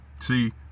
See